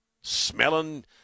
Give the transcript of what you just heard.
smelling